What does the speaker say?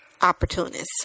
opportunists